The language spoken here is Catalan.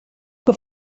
que